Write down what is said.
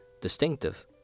distinctive